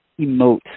emote